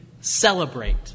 Celebrate